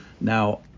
Now